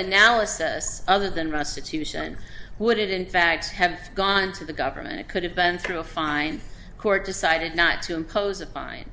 analysis other than restitution would in fact have gone to the government it could have been through a fine court decided not to impose a fine